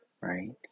right